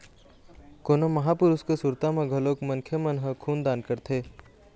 कोनो महापुरुष के सुरता म घलोक मनखे मन ह खून दान करथे